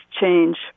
change